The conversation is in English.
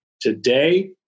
Today